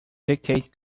dictate